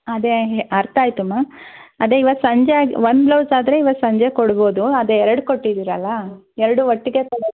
ಅದೇ ಅರ್ಥ ಆಯಿತು ಮ್ಯಾಮ್ ಅದೇ ಇವತ್ತು ಸಂಜೆ ಆಗಿ ಒಂದು ಬ್ಲೌಸ್ ಆದರೆ ಇವತ್ತು ಸಂಜೆ ಕೊಡ್ಬೋದು ಆದರೆ ಎರಡು ಕೊಟ್ಟಿದ್ದೀರಲ್ಲ ಎರಡೂ ಒಟ್ಟಿಗೆ ಕೊಡೋಕ್ಕೆ